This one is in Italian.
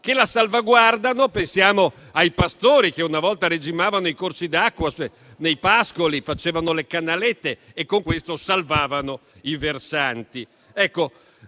che la salvaguardino. Pensiamo ai pastori, che una volta regimavano i corsi d'acqua, facevano le canalette nei pascoli e con questo salvavano i versanti.